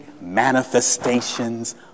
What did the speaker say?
manifestations